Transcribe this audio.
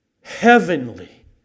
heavenly